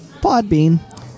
Podbean